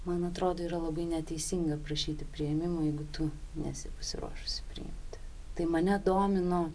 man atrodo yra labai neteisinga prašyti priėmimo jeigu tu nesi pasiruošusi priimt tai mane domino